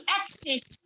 access